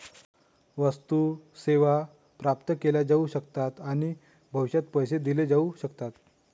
वस्तू, सेवा प्राप्त केल्या जाऊ शकतात आणि भविष्यात पैसे दिले जाऊ शकतात